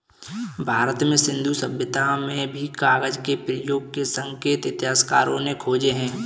भारत में सिन्धु सभ्यता में भी कागज के प्रयोग के संकेत इतिहासकारों ने खोजे हैं